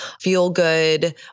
feel-good